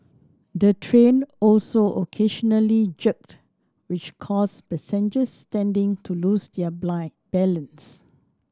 the train also occasionally jerked which caused passengers standing to lose their balance